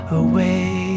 away